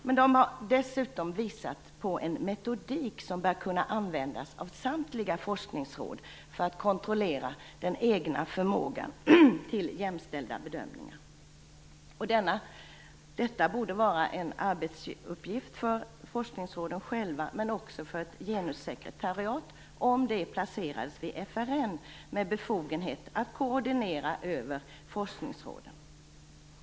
Dessutom har Wold och Wennerås visat på en metodik som bör kunna användas av samtliga forskningsråd för att kontrollera den egna förmågan till jämställda bedömningar. Detta borde vara en arbetsuppgift för forskningsråden själva, men också för ett genussekretariat, om det placeras vid FRN och får befogenhet att koordinera Forskningråden.